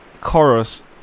chorus